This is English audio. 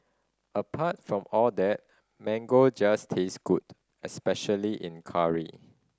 apart from all that mango just taste good especially in curry